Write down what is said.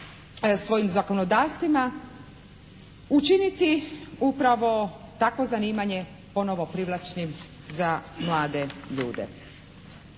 svojim zakonodavstvima učiniti upravo takvo zanimanje ponovo privlačnim za mlade ljude.